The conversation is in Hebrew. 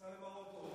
שייסע למרוקו.